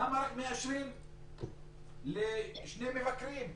למה מאשרים רק לשני מבקרים?